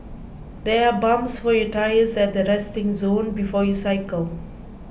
there are pumps for your tyres at the resting zone before you cycle